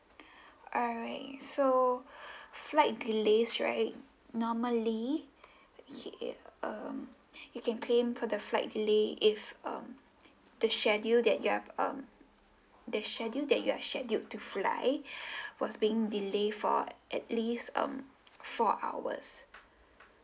alright so flight delays right normally okay um you can claim for the flight delay if um the schedule that you're um the schedule that you are scheduled to fly was being delay for at least um four hours